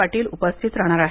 पाटील उपस्थित राहणार आहेत